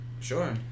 Sure